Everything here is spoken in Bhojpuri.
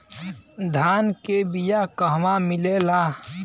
धान के बिया कहवा मिलेला?